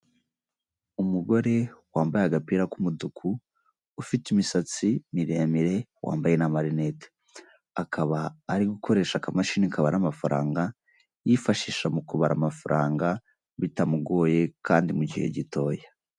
Umugore wambaye agapira k'umutuku ufite imisatsi miremire wambaye n'amarinete, akaba ari gukoresha akamashini kabara amafaranga yifashisha mu kubara amafaranga bitamugoye kandi mu gihe gitoya.